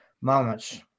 moments